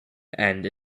and